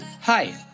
Hi